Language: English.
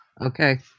Okay